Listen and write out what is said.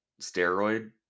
steroid